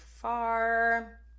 far